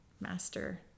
master